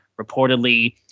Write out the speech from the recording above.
Reportedly